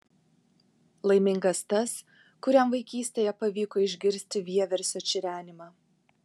laimingas tas kuriam vaikystėje pavyko išgirsti vieversio čirenimą